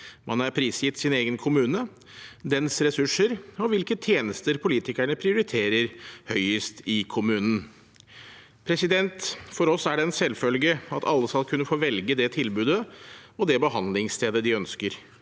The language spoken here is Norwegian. Man er prisgitt sin egen kommune, dens ressurser og hvilke tjenester politikerne prioriterer høyest i kommunen. For oss er det en selvfølge at alle skal kunne få velge det tilbudet og det behandlingsstedet de ønsker,